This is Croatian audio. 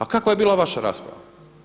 A kakva je bila vaša rasprava?